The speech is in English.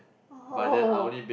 oh